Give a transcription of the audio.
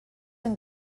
and